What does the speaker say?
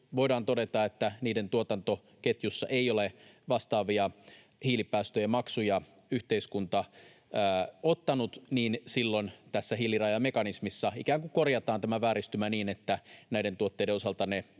voidaan todeta, että niiden tuotantoketjussa ei ole vastaavia hiilipäästöjen maksuja yhteiskunta ottanut, niin silloin tässä hiilirajamekanismissa ikään kuin korjataan tämä vääristymä niin, että näiden tuotteiden osalta ne